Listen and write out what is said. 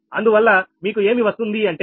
అందువల్ల మీకు ఏమి వస్తుందంటే 𝜆 0